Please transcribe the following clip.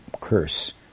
curse